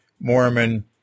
Mormon